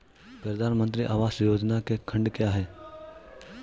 प्रधानमंत्री आवास योजना के खंड क्या हैं?